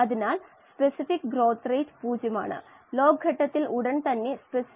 output തോത് 0 കാരണം സൌകര്യപ്രദമായി തിരഞ്ഞെടുത്ത ബ്രോത്ത് മൈനസ് കുമിളകൾസിസ്റ്റം ആണ്